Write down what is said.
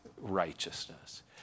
righteousness